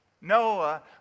Noah